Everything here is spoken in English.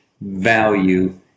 value